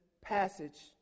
passage